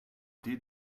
did